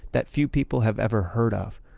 that few people have ever heard of.